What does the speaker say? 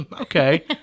okay